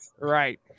right